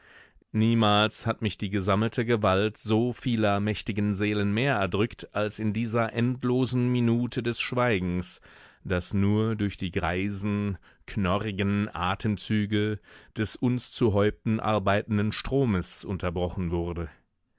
niemals hat mich die gesammelte gewalt so vieler mächtigen seelen mehr erdrückt als in dieser endlosen minute des schweigens das nur durch die greisen knorrigen atemzüge des uns zu häupten arbeitenden stromes unterbrochen wurde